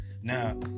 Now